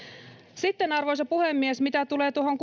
sitten arvoisa puhemies mitä tulee tuohon